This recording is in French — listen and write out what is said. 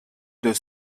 deux